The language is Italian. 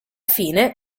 fine